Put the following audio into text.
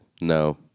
No